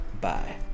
Bye